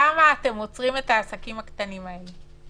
למה אתם עוצרים את העסקים הקטנים האלה?